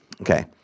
okay